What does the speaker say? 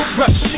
rush